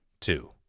Two